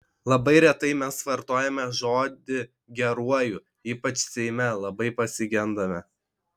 labai retai mes vartojame žodį geruoju ypač seime labai pasigendame